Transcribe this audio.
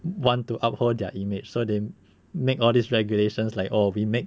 want to uphold their image so they make all these regulations like oh we make